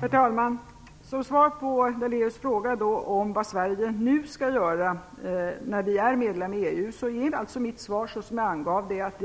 Herr talman! Daléus frågar vad Sverige skall göra nu när Sverige är medlem i EU. Mitt svar är, som jag tidigare angav, att